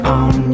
on